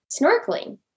snorkeling